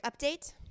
update